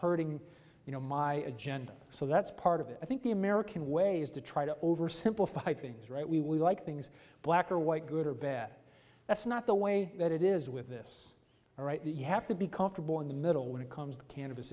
hurting you know my agenda so that's part of it i think the american way is to try to oversimplify things right we we like things black or white good or bad that's not the way that it is with this all right you have to be comfortable in the middle when it comes to can